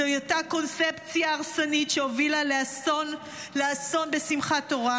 זוהי אותה קונספציה הרסנית שהובילה לאסון בשמחת תורה,